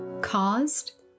caused